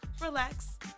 relax